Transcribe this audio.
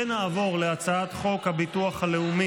שישה בעד, 29 נגד.